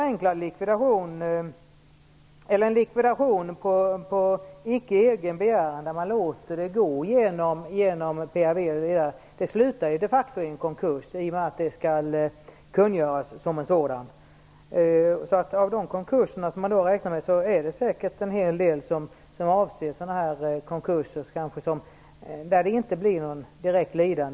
En likvidation som icke sker på egen begäran, utan där man låter det gå genom PRV, slutar ju de facto i en konkurs i och med att den skall kungöras som en sådan. Av de konkurser som man räknar med är säkert en hel del sådana där det inte finns någon som blir direkt lidande.